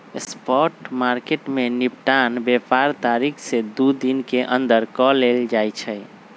spot market में निपटान व्यापार तारीख से दू दिन के अंदर कऽ लेल जाइ छइ